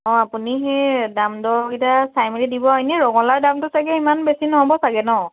অঁ আপুনি সেই দাম দৰকেইটা চাই মেলি দিব আৰু ইনেই ৰঙালাওৰ দামটো চাগে ইমান বেছি নহ'ব চাগে ন